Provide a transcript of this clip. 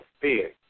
fear